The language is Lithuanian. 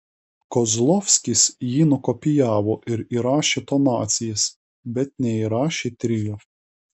kozlovskis jį nukopijavo ir įrašė tonacijas bet neįrašė trio